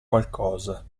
qualcosa